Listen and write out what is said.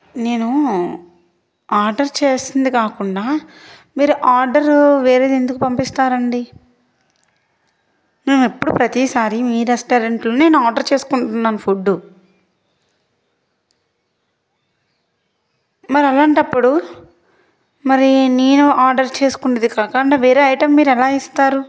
నేను ఆర్డర్ చేసింది కాకుండా మీరు ఆర్డర్ వేరే ఎందుకు పంపిస్తారు అండి మేము ఎప్పుడు ప్రతిసారి మీ రెస్టారెంట్లోనే మేము ఆర్డర్ చేసుకుంటున్నాము ఫుడ్ మరి అలాంటప్పుడు మరి నేను ఆర్డర్ చేసుకున్నదే కాక అంటే వేరే ఐటెం మీరు ఎలా ఇస్తారు